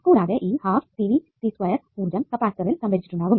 കൂടാതെ ഈ ഊർജ്ജം കപ്പാസിറ്ററിൽ സംഭരിച്ചിട്ടുണ്ടാകും